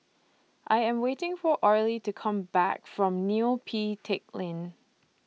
I Am waiting For Orley to Come Back from Neo Pee Teck Lane